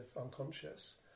unconscious